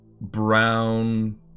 brown